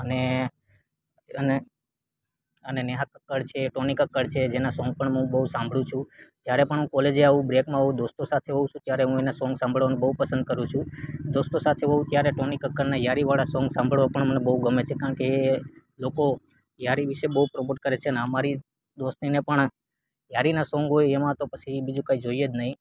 અને અને અને નેહા કક્કડ છે ટોની કક્કડ છે જેના સોંગ પણ હું બહુ સાંભળું છું જ્યારે પણ હું કોલેજે આવું બ્રેકમાં હોઉ દોસ્તો સાથે હોઉ છું ત્યારે હું એના સોંગ સાંભળવાનું બહુ પસંદ કરું છું દોસ્તો સાથે હોઉ ત્યારે ટોની કક્કડના યારી વાળા સોંગ સાંભળવા પણ મને બહુ ગમે છે કારણ કે એ લોકો યારી વિશે બઉ પ્રમોટ કરે છે ને આમરી દોસ્તીને પણ યારીના સોંગ હોય એમાં તો પછી બીજું કંઇ જોઈએ જ નહીં